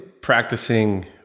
practicing